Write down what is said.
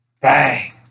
bang